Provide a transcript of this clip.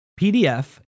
PDF